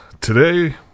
today